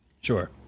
sure